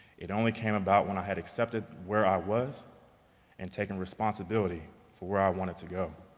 it only came about when i had accepted where i was and taking responsibility for where i wanted to go.